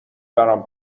برام